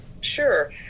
Sure